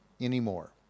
anymore